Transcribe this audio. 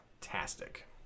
fantastic